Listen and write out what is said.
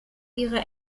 ihrer